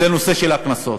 זה הנושא של הקנסות.